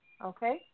Okay